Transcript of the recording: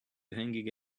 hanging